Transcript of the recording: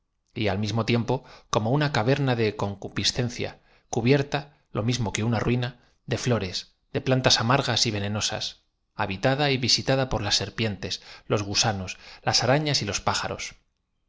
y a l miamo tiempo como una caverna de concupiscencia cubierta lo mismo que una ruina de ñores de plantas amargas y venenosas habitada y visitada por laa serpi ntes los gusanos las arafias y los pájaros